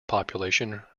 population